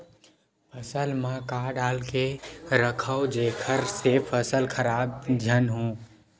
फसल म का डाल के रखव जेखर से फसल खराब झन हो?